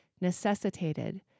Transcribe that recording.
necessitated